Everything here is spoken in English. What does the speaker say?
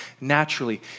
naturally